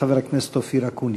חבר הכנסת אופיר אקוניס.